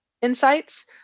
insights